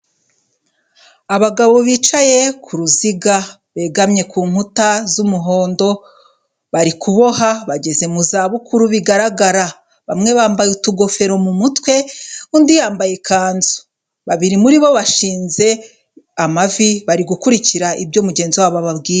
Abagabo bicaye ku ruziga, begamye ku nkuta z'umuhondo, bari kuboha bageze mu zabukuru bigaragara, bamwe bambaye utugofero mu mutwe, undi yambaye ikanzu, babiri muri bo bashinze amavi bari gukurikira ibyo mugenzi wabo ababwira.